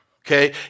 okay